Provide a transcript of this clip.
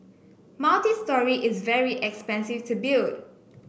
multistory is very expensive to build